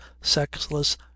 sexless